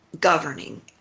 governing